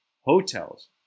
hotels